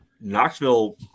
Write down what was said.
Knoxville